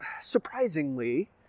surprisingly